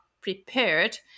prepared